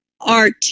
art